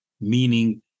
meaning